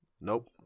Nope